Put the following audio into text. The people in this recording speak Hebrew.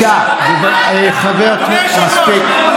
חברי הכנסת, מספיק.